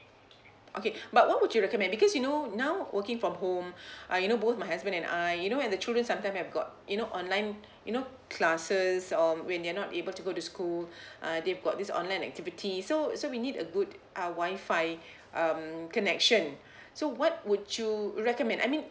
okay what would you recommend because you know now working from home uh you know both my husband and I you know and the children sometime have got you know online you know classes um when they're not able to go to school uh they got this online activity so so we need a good uh wifi um connection so what would you recommend I mean